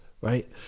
right